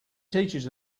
teaches